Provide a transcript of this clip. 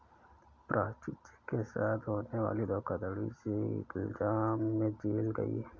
Prachi cheque के साथ होने वाली धोखाधड़ी के इल्जाम में जेल गई